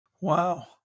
Wow